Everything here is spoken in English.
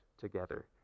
together